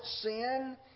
sin